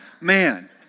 man